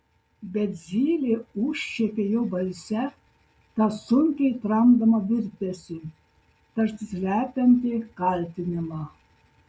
bet zylė užčiuopė jo balse tą sunkiai tramdomą virpesį tarsi slepiantį kaltinimą